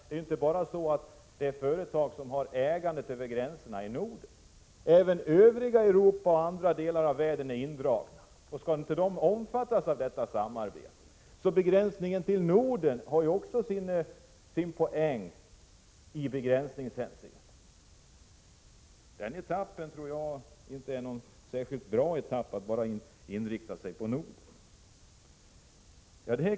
Dessa företag har juinte bara ett ägande över gränserna i Norden, utan även övriga Europa och andra delar av världen är indragna. Skall inte de delarna omfattas av det här samarbetet? Avgränsningen till Norden har ju också sin poäng i begränsningshänseende. Jag tror inte det är särskilt bra att i en speciell etapp inrikta sig på Norden.